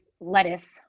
lettuce